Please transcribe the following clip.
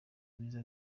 rwiza